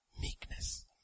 Meekness